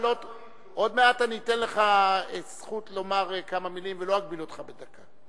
את הזכות לומר כמה מלים, ולא אגביל אותך בדקה.